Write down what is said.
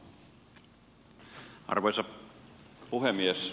arvoisa puhemies